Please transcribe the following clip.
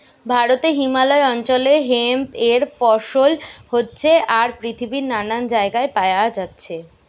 ভারতে হিমালয় অঞ্চলে হেম্প এর ফসল হচ্ছে আর পৃথিবীর নানান জাগায় পায়া যাচ্ছে